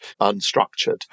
unstructured